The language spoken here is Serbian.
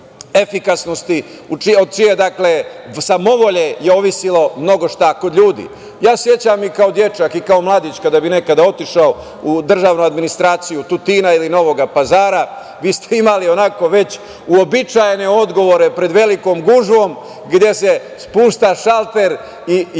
od čije samovolje zavisilo mnogo šta kod ljudi. Ja se sećam i kao dečak, i kao mladić kada bih nekada otišao u državnu administraciju Tutina ili Novog Pazara, vi ste imali već uobičajene odgovore pred velikom gužvom gde se spušta šalter i jedno